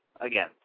again